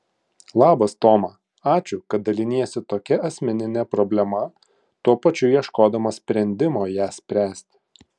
labas toma ačiū kad daliniesi tokia asmenine problema tuo pačiu ieškodama sprendimo ją spręsti